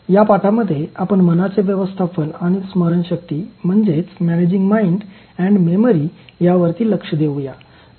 या पाठामध्ये आपण मनाचे व्यवस्थापन आणि स्मरणशक्ती यावरती लक्ष देवूया